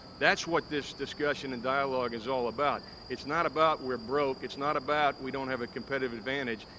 that's what this discussion and dialogue is all about. it's not about we're broke. it's not about we don't have a competitive advantage.